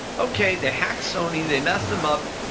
okay, they hacked sony, they messed him up,